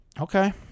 okay